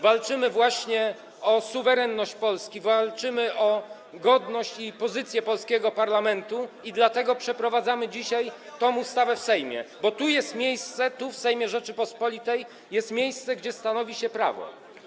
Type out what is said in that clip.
Walczymy o suwerenność Polski, walczymy o godność i pozycję polskiego parlamentu, dlatego przeprowadzamy dzisiaj tę ustawę w Sejmie, bo tu, w Sejmie Rzeczypospolitej, jest miejsce, gdzie stanowi się prawo.